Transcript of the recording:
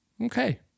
Okay